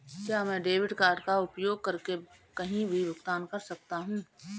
क्या मैं debit card का उपयोग करके कहीं भी भुगतान कर सकता हूं?